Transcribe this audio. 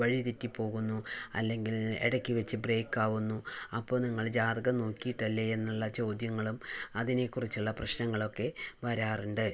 വഴിതെറ്റി പോകുന്നു അല്ലെങ്കിൽ ഇടയ്ക്കുവെച്ച് ബ്രേക്ക് ആവുന്നു അപ്പോൾ നിങ്ങൾ ജാതകം നോക്കിയിട്ടല്ലേ എന്നുള്ള ചോദ്യങ്ങളും അതിനെക്കുറിച്ചുള്ള പ്രശ്നങ്ങളും ഒക്കെ വരാറുണ്ട്